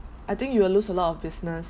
I think you will lose a lot of business